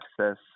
access